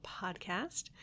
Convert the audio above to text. podcast